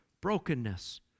brokenness